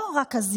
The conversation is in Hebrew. לא רק הזיגזוג.